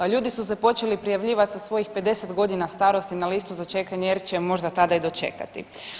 Ljudi su se počeli prijavljivat sa svojih 50 godina starosti na listu za čekanje jer će je možda tada i dočekati.